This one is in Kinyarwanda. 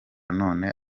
none